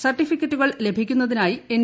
സർട്ടിഫിക്കറ്റുകൾ ലഭിക്കുന്നതായി എൻ